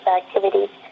activities